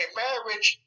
marriage